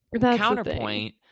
counterpoint